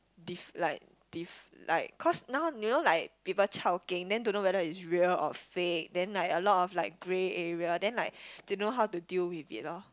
diff~ like diff~ like cause now you know like people chao keng then don't know whether is real or fake then like a lot of like grey area then like don't know how to deal with it lor